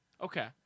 Okay